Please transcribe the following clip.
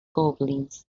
goblins